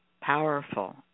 powerful